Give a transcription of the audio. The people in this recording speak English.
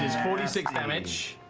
that's four d six damage.